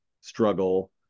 struggle